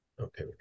Okay